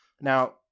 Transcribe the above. Now